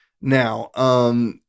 Now